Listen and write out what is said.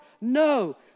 no